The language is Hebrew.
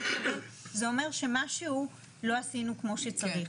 התקבל זה אומר שמשהו לא עשינו כמו שצריך.